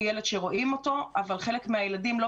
הוא ילד שרואים אותו אבל חלק מהילדים לא